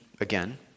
again